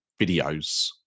videos